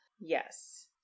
Yes